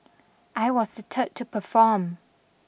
I was the third to perform